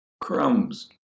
crumbs